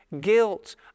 guilt